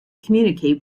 communicate